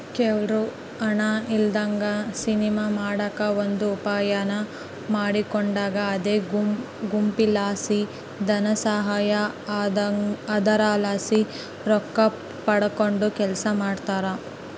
ಕೆಲವ್ರು ಹಣ ಇಲ್ಲದಂಗ ಸಿನಿಮಾ ಮಾಡಕ ಒಂದು ಉಪಾಯಾನ ಮಾಡಿಕೊಂಡಾರ ಅದೇ ಗುಂಪುಲಾಸಿ ಧನಸಹಾಯ, ಅದರಲಾಸಿ ರೊಕ್ಕಪಡಕಂಡು ಕೆಲಸ ಮಾಡ್ತದರ